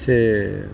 ସେ